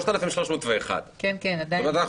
3,301. זאת אומרת,